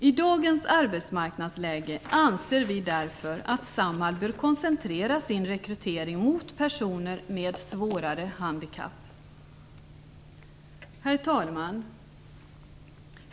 I dagens arbetsmarknadsläge anser vi därför att Samhall bör koncentrera sin rekrytering på personer med svårare handikapp. Herr talman!